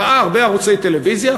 ראה הרבה ערוצי טלוויזיה,